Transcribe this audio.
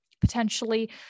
potentially